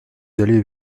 d’aller